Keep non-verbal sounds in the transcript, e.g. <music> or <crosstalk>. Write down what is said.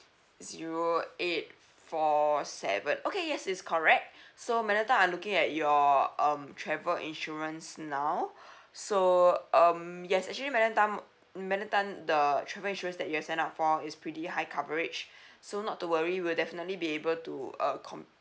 zero eight four seven okay yes it's correct so madam tan I'm looking at your um travel insurance now <breath> so um yes actually madam tan madam tan the travel insurance that you have signed up for is pretty high coverage so not to worry we'll definitely be able to uh com~